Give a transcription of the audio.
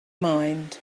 mind